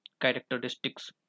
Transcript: characteristics